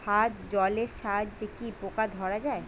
হাত জলের সাহায্যে কি পোকা ধরা যায়?